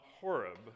Horeb